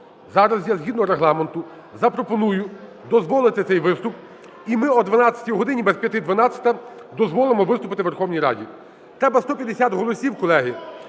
Зараз я згідно Регламенту запропоную дозволити цей виступ, і ми о 12-й годині, без п'яти дванадцята, дозволимо виступити в Верховній Раді. Треба 150 голосів, колеги.